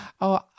Oh